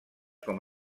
com